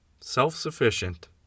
Self-sufficient